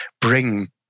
bring